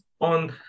on